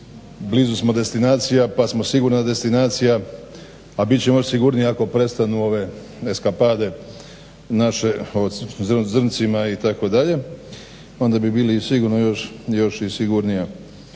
blizu smo destinacija pa smo sigurna destinacija, a bit ćemo još sigurniji ako prestanu ove eskapade naše o zrncima itd., onda bi bili sigurno još i sigurnija.